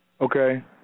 okay